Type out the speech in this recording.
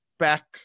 Back